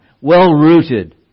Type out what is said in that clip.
well-rooted